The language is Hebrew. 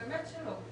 באמת שלא.